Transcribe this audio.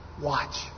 Watch